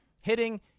hitting